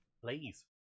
Please